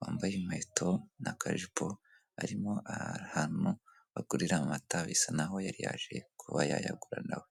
wambaye inkweto n'akajipo arimo ahantu bagurira amata bisa n'aho yari yaje kuba yayagura na we.